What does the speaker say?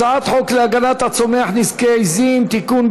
הצעת חוק להגנת הצומח (נזקי עיזים) (תיקון,